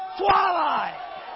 Twilight